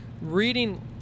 reading